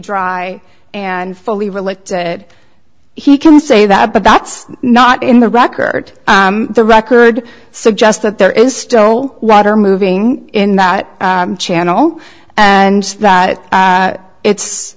dry and fully relate to it he can say that but that's not in the record the record suggests that there is still rather moving in that channel and that it's